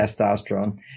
testosterone